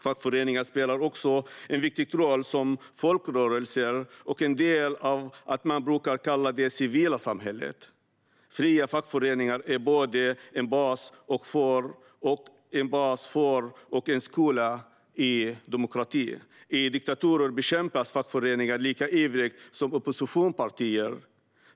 Fackföreningar spelar också en viktig roll som folkrörelser och en del av det som man brukar kalla det civila samhället. Fria fackföreningar är både en bas för och en skola i demokrati. I diktaturer bekämpas fackföreningar lika ivrigt som oppositionspartier.